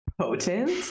potent